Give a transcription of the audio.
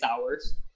hours